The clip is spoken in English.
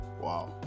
Wow